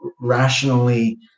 rationally